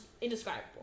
indescribable